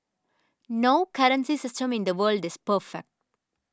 no currency system in the world is perfect